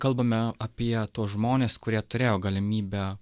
kalbame apie tuos žmones kurie turėjo galimybę